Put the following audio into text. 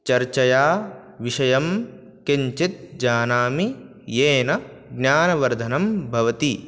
चर्चया विषयं किञ्चित् जानामि येन ज्ञानवर्धनं भवति